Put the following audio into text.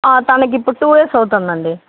తనకి ఇప్పుడు two years అవుతుందండి